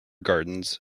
gardens